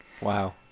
Wow